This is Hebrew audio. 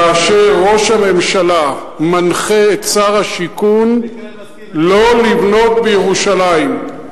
כאשר ראש הממשלה מנחה את שר השיכון לא לבנות בירושלים.